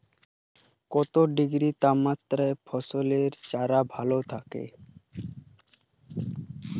কত ডিগ্রি তাপমাত্রায় ফসলের চারা ভালো থাকে?